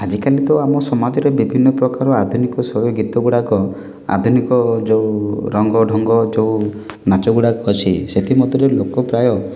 ଆଜିକାଲି ତ ଆମ ସମାଜରେ ବିଭିନ୍ନ ପ୍ରକାର ଆଧୁନିକଶୈଳୀ ଗୀତଗୁଡ଼ାକ ଆଧୁନିକ ଯେଉଁ ରଙ୍ଗଢ଼ଙ୍ଗ ଯେଉଁ ନାଚଗୁଡ଼ାକ ସିଏ ସେଥିମଧ୍ୟରୁ ଲୋକ ପ୍ରାୟ